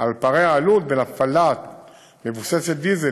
על פערי העלות בין הפעלה מבוססת דיזל,